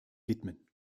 widmen